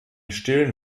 stillen